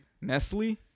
Nestle